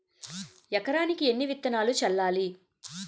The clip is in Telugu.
ఎకరానికి ఎన్ని విత్తనాలు చల్లాలి?